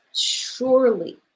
surely